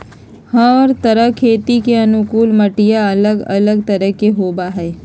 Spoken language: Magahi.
हर तरह खेती के अनुकूल मटिया अलग अलग तरह के होबा हई